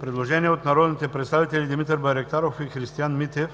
Предложение от народните представители Димитър Байрактаров и Христиан Митев: